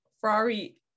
Ferrari